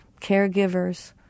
caregivers